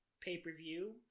pay-per-view